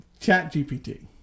ChatGPT